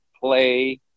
play